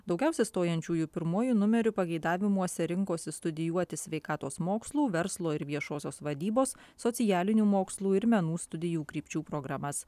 daugiausiai stojančiųjų pirmuoju numeriu pageidavimuose rinkosi studijuoti sveikatos mokslų verslo ir viešosios vadybos socialinių mokslų ir menų studijų krypčių programas